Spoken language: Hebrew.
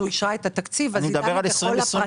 אישרה את התקציב --- אני מדבר על 2022,